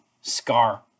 scar